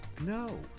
No